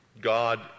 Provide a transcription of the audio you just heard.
God